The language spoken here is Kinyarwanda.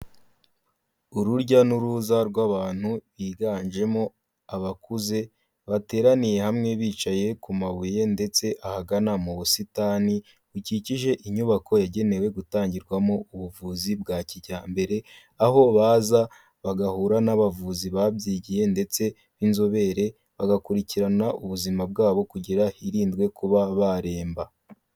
Urujya n'uruza rw'abantu higanjemo abakuze bateraniye hamwe bicaye ku mabuye ndetse ahagana mu busitani bukikije inyubako yagenewe gutangirwamo ubuvuzi bwa kijyambere, aho baza bagahura n'abavuzi babyigiye ndetse b'inzobere, bagakurikirana ubuzima bwabo kugira hirindwe kuba baremba.